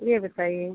ये बताइए